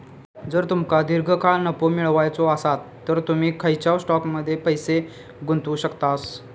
जर तुमका दीर्घकाळ नफो मिळवायचो आसात तर तुम्ही खंयच्याव स्टॉकमध्ये पैसे गुंतवू शकतास